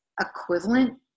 equivalent